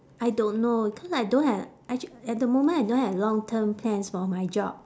I don't know because I don't ha~ actu~ at the moment I don't have long term plans for my job